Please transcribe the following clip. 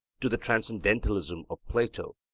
to the transcendentalism of plato,